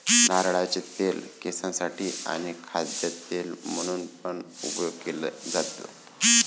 नारळाचे तेल केसांसाठी आणी खाद्य तेल म्हणून पण उपयोग केले जातो